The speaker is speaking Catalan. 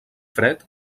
fred